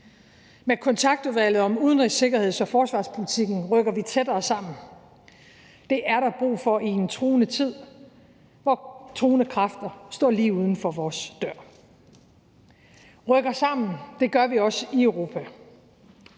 Med Udenrigs-, Sikkerheds- og Forsvarspolitisk Kontaktudvalg rykker vi tættere sammen. Det er der brug for i en truende tid, hvor truende kræfter står lige uden for vores dør. Rykker sammen, det gør vi også i Europa.